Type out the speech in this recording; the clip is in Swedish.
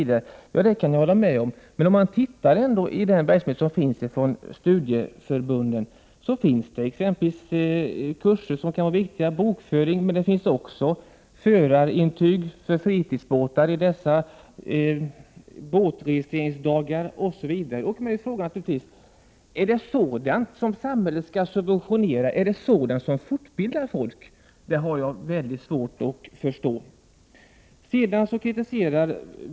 Det kan jag hålla med om, men om man ser på studieförbundens verksamhet finner man kurser som kan vara viktiga, t.ex. bokföringskurser. Vidare finns det t.ex. kurser för erhållande av förarintyg för fritidsbåtar. Det kan ju vara intressant i dessa båtregistreringsdagar. Låt mig fråga: Är det sådant som samhället skall subventionera, är det sådant som fortbildar folk? Det har jag mycket svårt att inse.